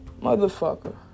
Motherfucker